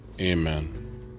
Amen